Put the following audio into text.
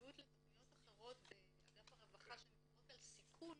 שבניגוד לתכניות אחרות באגף הרווחה שמדברות על סיכון,